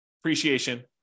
appreciation